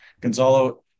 Gonzalo